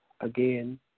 again